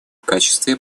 качестве